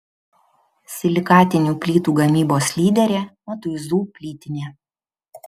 silikatinių plytų gamybos lyderė matuizų plytinė